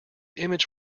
image